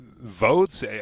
votes